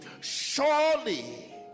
Surely